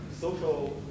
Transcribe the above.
social